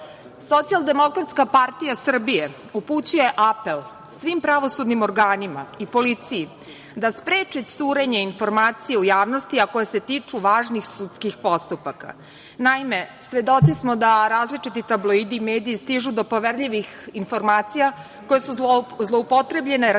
Socijaldemokratska partija Srbije upućuje apel svim pravosudnim organima i policiji da spreči curenje informacija u javnosti, a koje se tiču važnih sudskih postupaka. Naime, svedoci smo da različiti tabloidi i mediji stižu do poverljivih informacija koje su zloupotrebljene radi postizanja